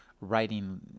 writing